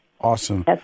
Awesome